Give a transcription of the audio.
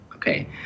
Okay